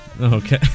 okay